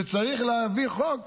שצריך להעביר חוק